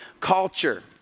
culture